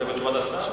בתשובת השר.